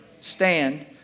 stand